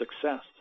success